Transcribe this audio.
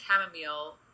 chamomile